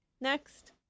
Next